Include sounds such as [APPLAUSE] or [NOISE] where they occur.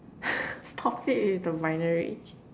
[LAUGHS] stop it with the binary